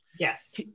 Yes